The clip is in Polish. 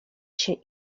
się